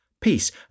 peace